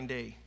Day